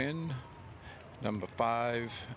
in number five